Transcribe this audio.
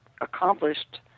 accomplished